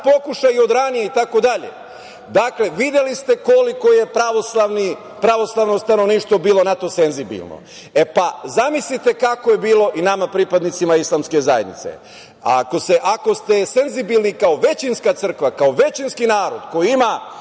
pokušaji od ranije itd. Dakle, videli ste koliko je pravoslavno stanovništvo bilo na to senzibilno. E, pa, zamislite kako je bilo i nama, pripadnicima islamske zajednice. Ako ste senzibilni kao većinska crkva, kao većinski narod, koji ima